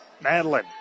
Madeline